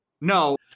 No